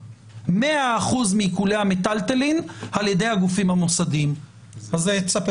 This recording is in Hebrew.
וכשאתם פונים למערכת אתם זוכים לאוזן קשבת